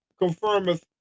confirmeth